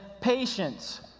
patience